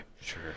sure